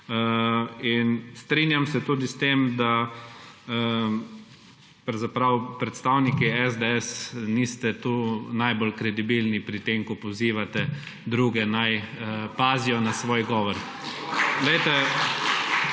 In strinjam se tudi s tem, da pravzaprav predstavniki SDS niste tu najbolj kredibilni pri tem, ko pozivate druge, naj pazijo na svoj govor.